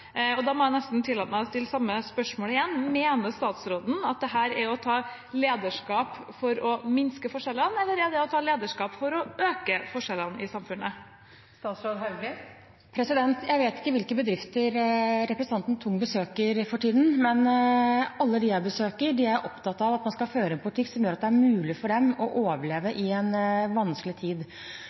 og større inntektsforskjeller. Da må jeg nesten tillate meg å stille samme spørsmål igjen: Mener statsråden at dette er å ta lederskap for å minske forskjellene, eller er det å ta lederskap for å øke forskjellene i samfunnet? Jeg vet ikke hvilke bedrifter representanten Tung besøker for tiden, men alle dem jeg besøker, er opptatt av at man skal føre en politikk som gjør at det er mulig for dem å overleve i en vanskelig tid.